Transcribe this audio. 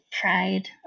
pride